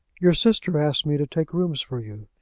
your sister asked me to take rooms for you,